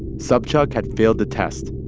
sobchak had failed the test.